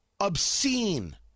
obscene